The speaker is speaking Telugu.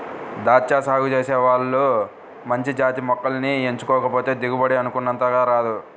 దాచ్చా సాగు చేసే వాళ్ళు మంచి జాతి మొక్కల్ని ఎంచుకోకపోతే దిగుబడి అనుకున్నంతగా రాదు